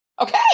Okay